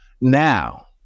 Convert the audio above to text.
Now